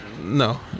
No